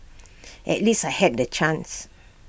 at least I had that chance